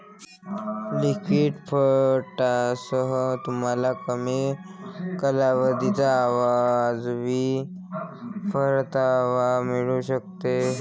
liquid फंडांसह, तुम्हाला कमी कालावधीत वाजवी परतावा मिळू शकेल